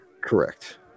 correct